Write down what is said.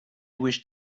wish